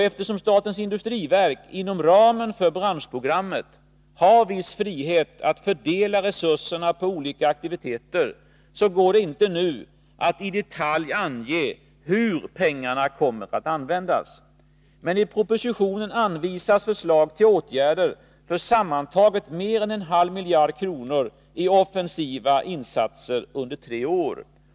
Eftersom statens industriverk inom ramen för branschprogrammet har viss frihet att fördela resurserna på olika aktiviteter, går det inte att nu i detalj ange hur pengarna kommer att användas. I propositionen ingår viktiga förslag till åtgärder för sammantaget mer än en halv miljard kronor i offensiva insatser under tre år.